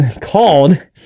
called